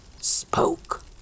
spoke